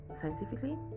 Scientifically